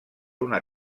una